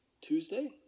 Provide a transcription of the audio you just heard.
Tuesday